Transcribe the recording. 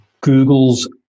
Google's